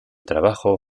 trabajo